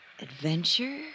Adventure